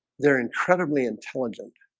they're incredibly intelligent